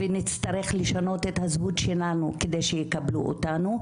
ונצטרך לשנות את הזהות שלנו כדי שיקבלו אותנו,